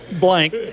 blank